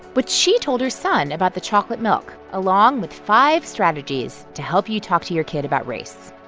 what she told her son about the chocolate milk, along with five strategies to help you talk to your kid about race